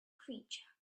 creature